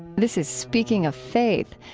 this is speaking of faith.